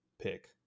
pick